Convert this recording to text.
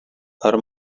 her